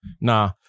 nah